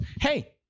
Hey